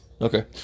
Okay